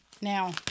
now